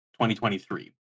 2023